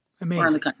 amazing